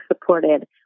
supported